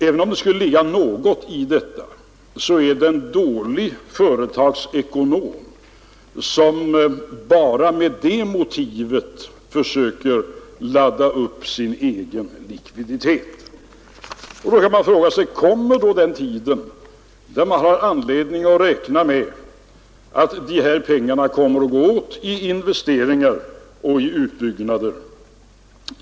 Även om det skulle ligga något i detta, är det en dålig företagsekonom som bara med det motivet försöker bygga upp företagets egen likviditet. Då kan man fråga sig: Kommer då den tiden då man har anledning att räkna med att dessa pengar skall gå åt till investeringar och utbyggnader?